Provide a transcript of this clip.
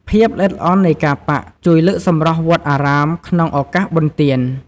ភាពល្អិតល្អន់នៃការប៉ាក់ជួយលើកសម្រស់វត្តអារាមក្នុងឱកាសបុណ្យទាន។